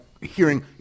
hearing